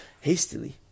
hastily